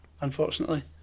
unfortunately